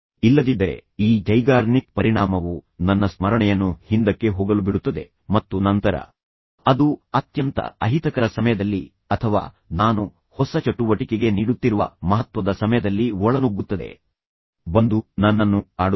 ಇಲ್ಲದಿದ್ದರೆ ಈ ಝೈಗಾರ್ನಿಕ್ ಪರಿಣಾಮವು ನನ್ನ ಸ್ಮರಣೆಯನ್ನು ಹಿಂದಕ್ಕೆ ಹೋಗಲು ಬಿಡುತ್ತದೆ ಮತ್ತು ನಂತರ ಅದು ಅತ್ಯಂತ ಅಹಿತಕರ ಸಮಯದಲ್ಲಿ ಅಥವಾ ನಾನು ಹೊಸ ಚಟುವಟಿಕೆಗೆ ನೀಡುತ್ತಿರುವ ಮಹತ್ವದ ಸಮಯದಲ್ಲಿ ಒಳನುಗ್ಗುತ್ತದೆ ಬಂದು ನನ್ನನ್ನು ಕಾಡುತ್ತದೆ